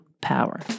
power